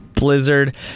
blizzard